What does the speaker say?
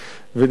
דיברתי היום,